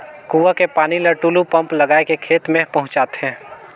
कुआं के पानी ल टूलू पंप लगाय के खेत में पहुँचाथे